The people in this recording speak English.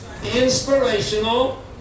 Inspirational